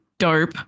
Dope